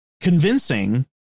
convincing